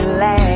laugh